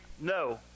no